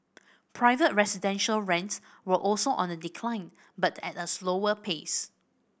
private residential rents were also on the decline but at a slower pace